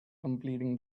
completing